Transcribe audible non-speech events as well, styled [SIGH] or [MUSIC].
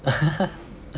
[LAUGHS]